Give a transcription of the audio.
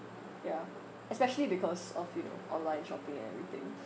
ya especially because of you know online shopping and everything